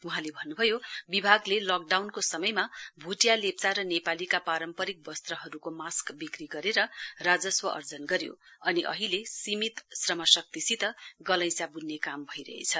वहाँले भन्नुभयो विभागले लकडाउनको समयमा भुटिया लेप्चा र नेपालीका पारम्परिक वस्त्रहरुको मास्क विक्री गरेर राजस्व अर्जन गर्यो अनि अहिले सीमित श्रमशक्तिसित गलैंचा वुन्ने काम भइरहेछ